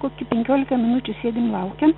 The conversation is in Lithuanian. kokį penkiolika minučių sėdim laukiam